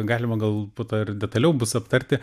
galima gal po to ir detaliau bus aptarti